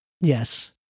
yes